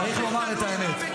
צריך לומר את האמת.